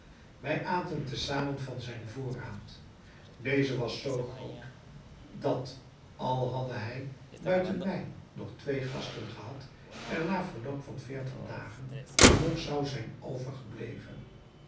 wij aten te zamen van zijn voorraad deze was zoo groot dat al hadde hij buiten mij nog twee gasten gehad er na verloop der veertig dagen nog zou zijn overgebleven